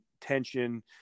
tension